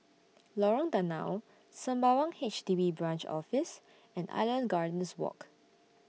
Lorong Danau Sembawang H D B Branch Office and Island Gardens Walk